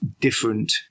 different